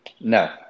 No